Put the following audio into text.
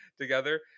together